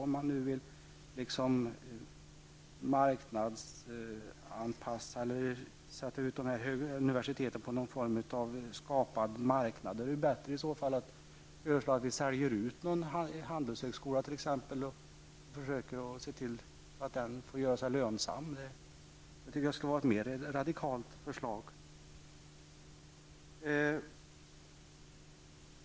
Om man nu vill placera ut dessa universitet på någon form av skapad marknad hade det i så fall varit bättre att föreslå att vi skulle sälja ut t.ex. någon handelshögskola och försöka göra den lönsam. Det hade varit ett mer radikalt förslag.